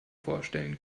vorstellen